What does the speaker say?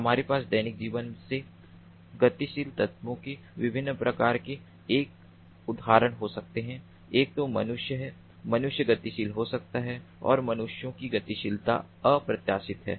हमारे पास दैनिक जीवन से गतिशील तत्वों के विभिन्न प्रकार के एक उदाहरण हो सकते हैं एक तो मनुष्य है मनुष्य गतिशील हो सकते हैं और मनुष्यों की गतिशीलता अप्रत्याशित है